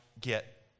get